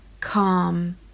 calm